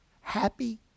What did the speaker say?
happy